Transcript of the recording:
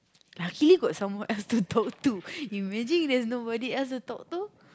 luckily got someone else to talk to imagine there's nobody else to talk to